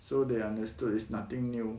so they understood is nothing new